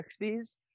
60s